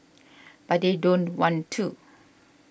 but they don't want to